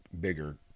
bigger